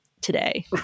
today